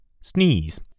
sneeze